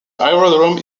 aerodrome